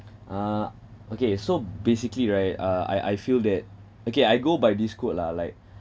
uh okay so basically right uh I I feel that okay I go by this quote lah like